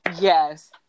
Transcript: Yes